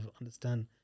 Understand